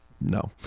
No